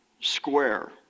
square